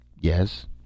Yes